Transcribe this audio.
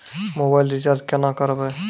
Mobile recharge केना करबै?